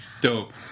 Dope